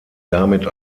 damit